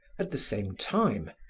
at the same time,